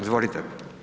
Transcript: Izvolite.